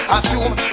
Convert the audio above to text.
Assume